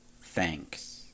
thanks